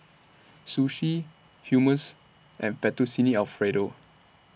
Sushi Hummus and Fettuccine Alfredo